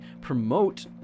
promote